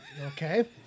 Okay